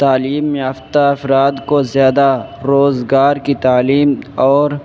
تعلیم یافتہ افراد کو زیادہ روزگار کی تعلیم اور